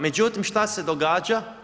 Međutim, što se događa?